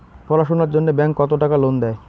পড়াশুনার জন্যে ব্যাংক কত টাকা লোন দেয়?